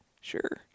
sure